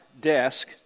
desk